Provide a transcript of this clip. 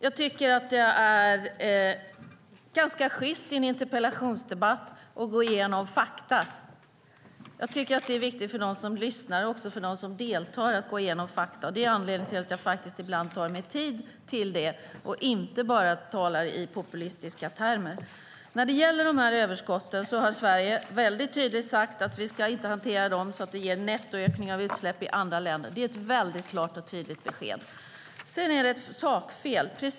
Herr talman! I en interpellationsdebatt är det sjyst att gå igenom fakta. Det är viktigt för dem som deltar och lyssnar. Det är anledningen till att jag ibland tar mig tid till det och inte bara talar i populistiska termer. När det gäller överskotten har Sverige tydligt sagt att vi inte ska hantera dem så att det ger nettoökning av utsläpp i andra länder. Det är ett klart och tydligt besked. Sedan är det ett sakfel.